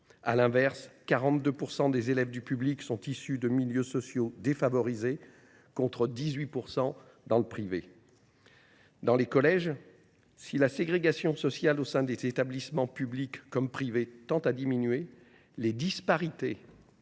À l’inverse, 42 % des élèves du public sont issus de milieux sociaux défavorisés, contre 18 % dans le privé. En ce qui concerne les collèges, si la ségrégation sociale au sein des établissements tant publics que privés tend à diminuer, les disparités